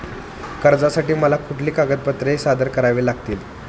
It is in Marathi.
कर्जासाठी मला कुठली कागदपत्रे सादर करावी लागतील?